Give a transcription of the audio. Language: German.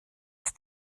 ist